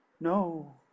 No